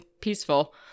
peaceful